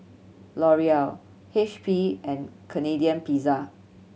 Laurier H P and Canadian Pizza